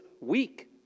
week